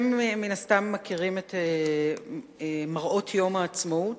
מן הסתם אתם מכירים את מראות יום העצמאות,